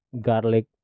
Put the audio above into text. garlic